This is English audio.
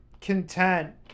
content